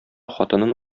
хатынын